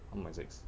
one point six